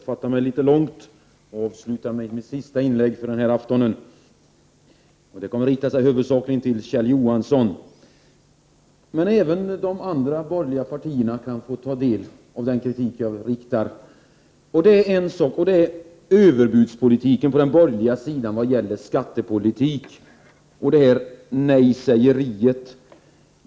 Fru talman! Detta får bli mitt sista inlägg för denna afton. Det kommer i huvudsak att riktas mot Kjell Johansson. Men även representanterna för de andra borgerliga partierna kan få ta del av kritiken. Det handlar om överbudspolitiken på den borgerliga sidan vad gäller skattepolitik och ”nej-sägeriet”.